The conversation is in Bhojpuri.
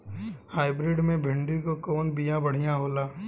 हाइब्रिड मे भिंडी क कवन बिया बढ़ियां होला?